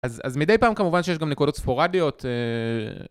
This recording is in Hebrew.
אז מדי פעם כמובן שיש גם נקודות ספורדיות